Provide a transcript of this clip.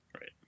right